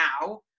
now